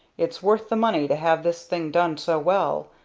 it's worth the money to have this thing done so well.